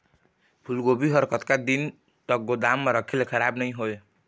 फूलगोभी हर कतका दिन तक गोदाम म रखे ले खराब नई होय?